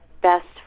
best